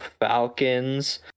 Falcons